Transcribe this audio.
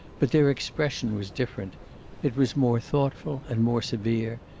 but their expression was different it was more thoughtful and more severe,